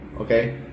okay